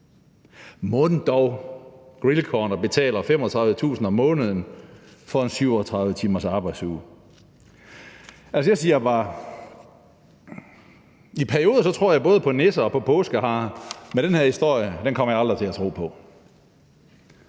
Mon dog Grillcorner betaler 35.000 kr. om måneden for en 37 timers arbejdsuge? Altså, jeg siger bare: I perioder tror jeg både på nisser og på påskeharer, men den her historie kommer jeg aldrig til at tro på.